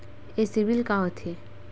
ये सीबिल का होथे?